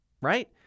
right